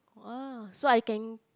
!wah! so I can